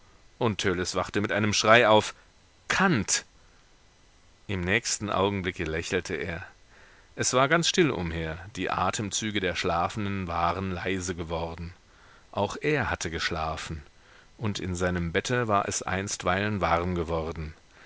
und törleß wachte mit einem schrei auf kant im nächsten augenblicke lächelte er es war ganz still umher die atemzüge der schlafenden waren leise geworden auch er hatte geschlafen und in seinem bette war es einstweilen warm geworden